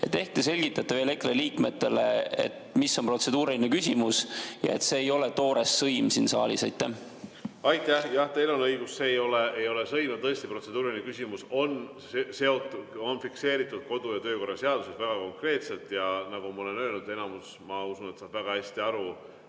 te selgitate veel EKRE liikmetele, mis on protseduuriline küsimus ja et see ei ole toores sõim siin saalis. Aitäh! Jah, teil on õigus, see ei ole sõim. Tõesti on protseduuriline küsimus fikseeritud kodu‑ ja töökorra seaduses väga konkreetselt. Nagu ma olen öelnud, enamus, ma usun, saab väga hästi aru,